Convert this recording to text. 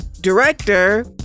director